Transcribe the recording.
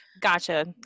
gotcha